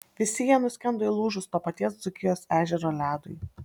visi jie nuskendo įlūžus to paties dzūkijos ežero ledui